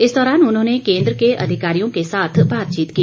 इस दौरान उन्होंने केंद्र के अधिकारियों के साथ बातचीत की